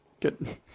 Good